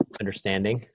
understanding